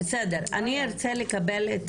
בסדר, אני ארצה לקבל את